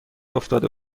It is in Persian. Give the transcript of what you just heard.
افتاده